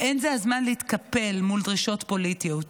ואין זה הזמן להתקפל מול דרישות פוליטיות.